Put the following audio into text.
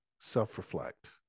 self-reflect